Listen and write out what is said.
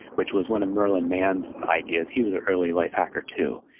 which was one of merlin mann's ideas. he was a early life hacker too.